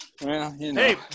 Hey